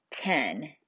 ten